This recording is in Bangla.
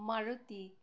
মারুতি